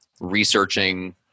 researching